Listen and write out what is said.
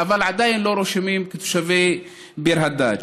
אבל עדיין לא רשומים כתושבי ביר-הדאג'.